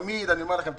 אני אומר לכם,